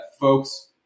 folks